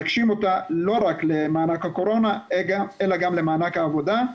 נגשים אותה לא רק למענק הקורונה אלא גם למענק העבודה.